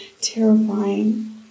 terrifying